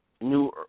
new